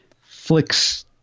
flicks